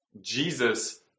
Jesus